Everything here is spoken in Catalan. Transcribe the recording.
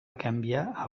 canviar